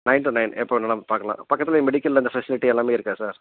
nine to nine எப்போ வேண்ணாலும் பார்க்கலாம் பக்கத்தில் மெடிக்கல்லு இந்த ஃபெசிலிட்டி எல்லாமே இருக்கா சார்